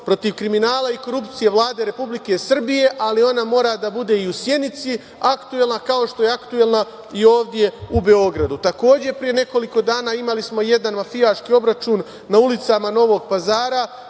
protiv kriminala i korupcije Vlade Republike Srbije, ali ona mora da bude i u Sjenici aktuelna, kao što je aktuelna i ovde u Beogradu. Takođe pre nekoliko dana imali smo jedan mafijaški obračun na ulicama Novog Pazara